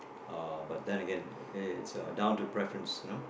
uh but then again it's uh down to preference you know